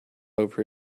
over